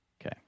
Okay